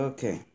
Okay